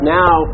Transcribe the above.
now